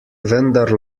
vendar